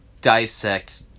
dissect